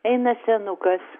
eina senukas